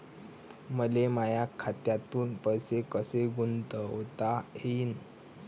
मले माया खात्यातून पैसे कसे गुंतवता येईन?